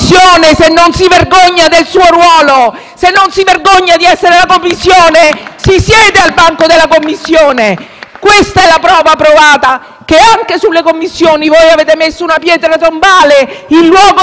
se non si vergogna di essere la Commissione, si siede al banco delle Commissioni! Questa è la prova provata che, anche sulle Commissioni, voi avete messo una pietra tombale, sul luogo della democrazia e del confronto! Fatevi